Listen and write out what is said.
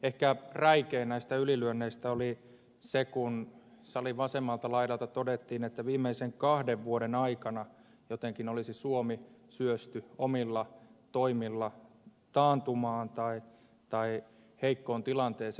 ehkä räikein näistä ylilyönneistä oli se kun salin vasemmalta laidalta todettiin että viimeisten kahden vuoden aikana jotenkin olisi suomi syösty omilla toimilla taantumaan tai heikkoon tilanteeseen